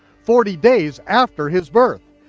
forty days after his birth.